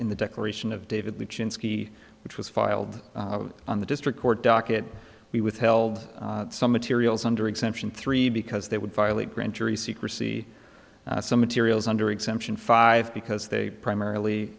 in the declaration of david which in ski which was filed on the district court docket we withheld some materials under exemption three because that would violate grand jury secrecy some materials under exemption five because they primarily